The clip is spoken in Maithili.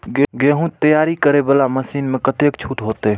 गेहूं तैयारी करे वाला मशीन में कतेक छूट होते?